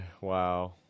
Wow